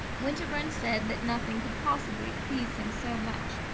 winterbourne said that nothing could possibly please him so much,